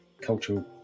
cultural